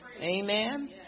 Amen